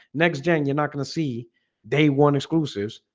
next-gen you're not gonna see they want exclusives